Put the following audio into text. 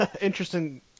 interesting